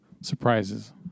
surprises